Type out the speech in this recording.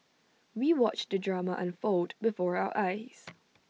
we watched the drama unfold before our eyes